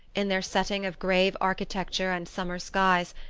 in their setting of grave architecture and summer skies,